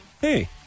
Hey